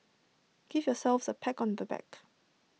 give yourselves A pack on the back